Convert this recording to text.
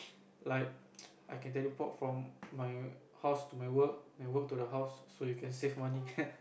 like I can teleport from my house to my work my work to the house so you can save money